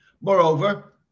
Moreover